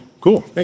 cool